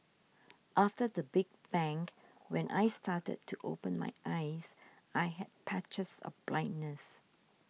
after the big bang when I started to open my eyes I had patches of blindness